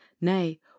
Nay